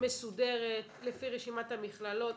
מסודרת לפי רשימת המכללות.